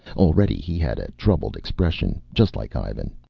already he had a troubled expression, just like ivan.